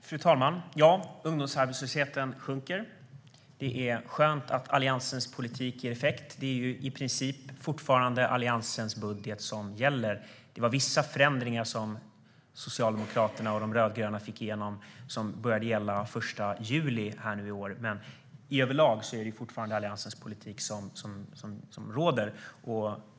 Fru talman! Ungdomsarbetslösheten sjunker. Det är skönt att Alliansens politik ger effekt. Det är i princip fortfarande Alliansens budget som gäller. Socialdemokraterna och de rödgröna fick igenom vissa förändringar som började att gälla från den 1 juli, men överlag är det fortfarande Alliansens politik som råder.